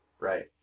Right